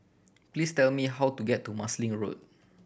please tell me how to get to Marsiling Road